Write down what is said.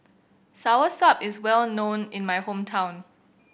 Soursop is well known in my hometown